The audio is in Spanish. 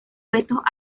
restos